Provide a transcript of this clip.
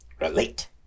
Relate